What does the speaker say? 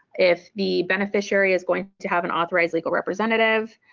if the beneficiary is going to have an authorized legal representative,